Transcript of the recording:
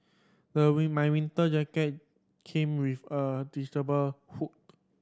my my winter jacket came with a detachable hood